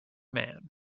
man